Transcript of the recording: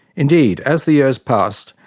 indeed, as the years passed,